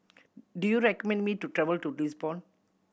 do you recommend me to travel to Lisbon